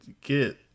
get